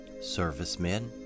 servicemen